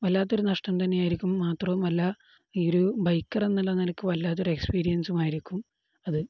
വല്ലാത്തൊരു നഷ്ടം തന്നെയായിരിക്കും മാത്രവുമല്ല ഈ ഒരു ബൈക്കർ എന്നുള്ള നിലയ്ക്കു വല്ലാത്തൊരു എക്സ്പീരിയൻസും ആയിരിക്കും അത്